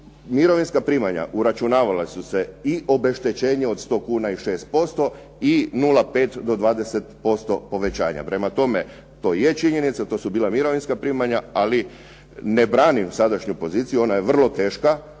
mirovinska primanja uračunavala su se i obeštećenje od 100 kuna i 6% i 0,5 do 20% povećanja. Prema tome, to jest činjenica, to su bila mirovinska primanja, ali ne branim sadašnju poziciju, ona je vrlo teška,